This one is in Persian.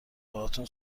باهاتون